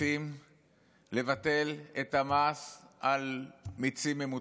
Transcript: רוצים לבטל את המס על מיצים ממותקים?